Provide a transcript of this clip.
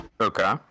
Okay